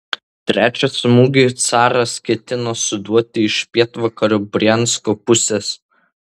trečią smūgį caras ketino suduoti iš pietvakarių briansko pusės